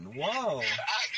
Whoa